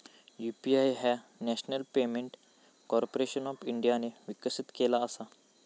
UPI ह्या national payment corporation of इंडियाने विकसित केला असा